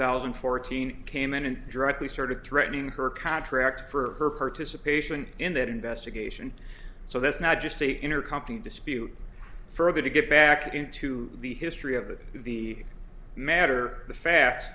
thousand and fourteen came in and directly started threatening her contract for her participation in that investigation so this magistrate intercompany dispute further to get back into the history of the matter the fa